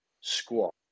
squat